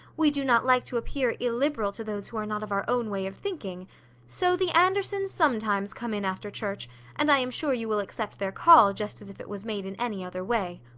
we do not like to appear illiberal to those who are not of our own way of thinking so the andersons sometimes come in after church and i am sure you will accept their call just as if it was made in any other way.